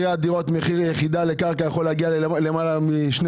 לא יכול להיות שמחיר יחידה של קרקע יכול להגיע ללמעלה משני